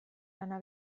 lana